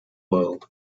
world